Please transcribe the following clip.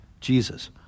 Jesus